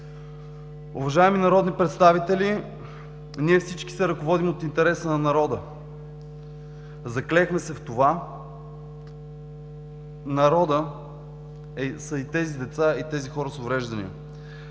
Уважаеми народни представители, ние всички се ръководим от интереса на народа, заклехме се в това. Народът са и тези деца, и тези хора с увреждания.